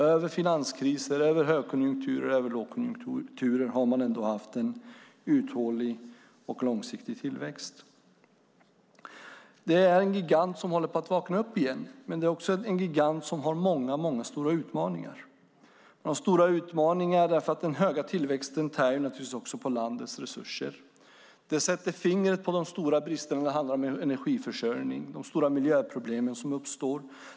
Över finanskriser, högkonjunkturer och lågkonjunkturer har man haft en uthållig och långsiktig tillväxt. Det är en gigant som håller på att vakna upp igen, och det är en gigant med stora utmaningar. Det är stora utmaningar eftersom den höga tillväxten tär på landets resurser. Det sätter fingret på de stora bristerna när det gäller energiförsörjning och de stora miljöproblem som uppstår.